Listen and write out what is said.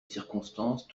circonstance